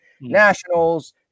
Nationals